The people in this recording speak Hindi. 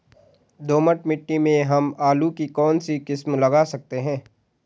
दोमट मिट्टी में हम आलू की कौन सी किस्म लगा सकते हैं?